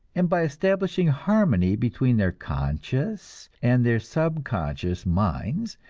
and by establishing harmony between their conscious and their subconscious minds,